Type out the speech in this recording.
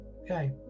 okay